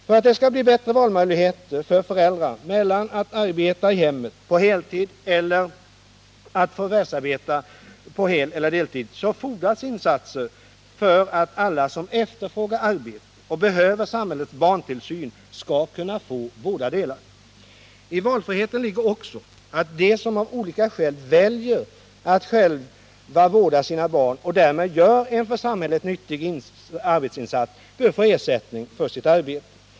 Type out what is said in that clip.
För att det ska bli bättre valmöjligheter för föräldrar mellan att arbeta i hemmet på heltid eller att förvärvsarbeta på heleller deltid fordras insatser för att alla som efterfrågar arbete och behöver samhällets barntillsyn skall kunna få bådadera. I valfriheten ligger också att de som av olika skäl väljer att själva vårda sina barn och därmed gör en för samhället nyttig arbetsinsats bör få ersättning för sitt arbete.